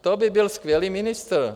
To by byl skvělý ministr.